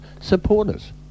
supporters